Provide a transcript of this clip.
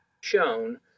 ...shown